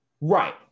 Right